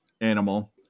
animal